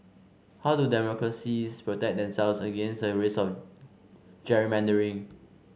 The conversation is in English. how do democracies protect themselves against a risk of gerrymandering